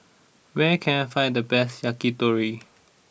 where can I find the best Yakitori